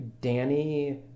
Danny